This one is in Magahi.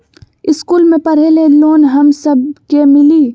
इश्कुल मे पढे ले लोन हम सब के मिली?